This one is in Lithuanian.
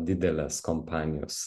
didelės kompanijos